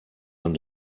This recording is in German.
man